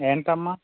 ఏంటమ్మ